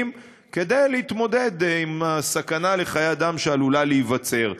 כדי להתמודד עם הסכנה לחיי אדם שעלולה להיווצר.